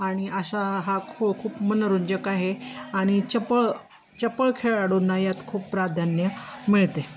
आणि अशा हा खू खूप मनोरंजक आहे आणि चपळ चपळ खेळाडूंना यात खूप प्राधान्य मिळते